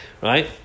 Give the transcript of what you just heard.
right